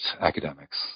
academics